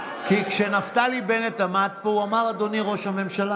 כי כשנפתלי בנט עמד פה הוא אמר "אדוני ראש הממשלה".